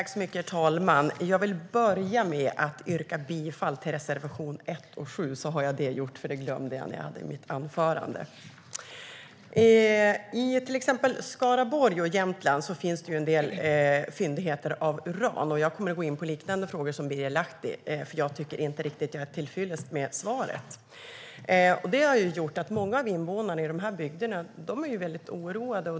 Herr talman! Låt mig börja med att yrka bifall till reservationerna 1 och 7, för det glömde jag i mitt anförande.I till exempel Skaraborg och Jämtland finns en del fyndigheter av uran. Det gör att många invånare i dessa bygder är oroade.